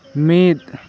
ᱢᱤᱫ